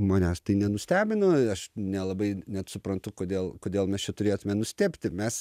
manęs tai nenustebino aš nelabai net suprantu kodėl kodėl mes čia turėtume nustebti mes